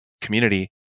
community